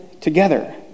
together